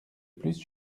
plus